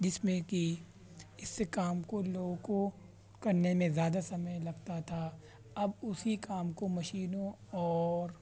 جس میں کہ اس کام کو لوگوں کرنے میں زیادہ سمعے لگتا تھا اب اسی کام کو مشینوں اور